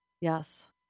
Yes